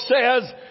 says